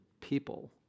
people